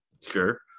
Sure